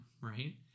right